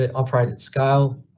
ah operate at scale.